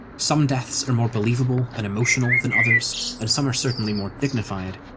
some deaths are more believable and emotional than others, and some are certainly more dignified,